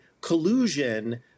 collusion